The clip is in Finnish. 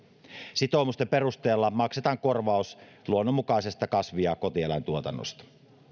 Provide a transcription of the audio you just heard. sitoumusten perusteella maksetaan korvaus luonnonmukaisesta kasvi ja kotieläintuotannosta